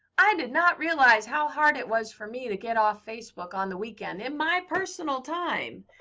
i did not realize how hard it was for me to get off facebook on the weekend in my personal time.